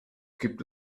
gibt